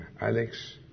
Alex